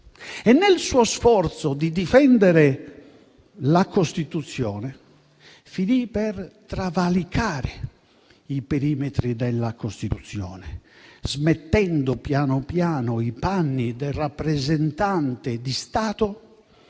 e, nel suo sforzo di difendere la Costituzione, finì per travalicarne i perimetri, smettendo piano piano i panni del rappresentante di Stato